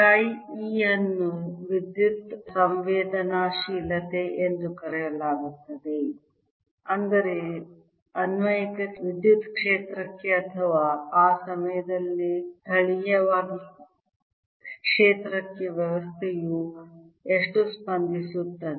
ಚಿ e ಅನ್ನು ವಿದ್ಯುತ್ ಸಂವೇದನಾಶೀಲತೆ ಎಂದು ಕರೆಯಲಾಗುತ್ತದೆ ಅಂದರೆ ಅನ್ವಯಿಕ ವಿದ್ಯುತ್ ಕ್ಷೇತ್ರಕ್ಕೆ ಅಥವಾ ಆ ಸಮಯದಲ್ಲಿ ಸ್ಥಳೀಯವಾಗಿ ಕ್ಷೇತ್ರಕ್ಕೆ ವ್ಯವಸ್ಥೆಯು ಎಷ್ಟು ಸ್ಪಂದಿಸುತ್ತದೆ